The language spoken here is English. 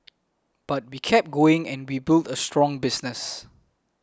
but we kept going and we built a strong business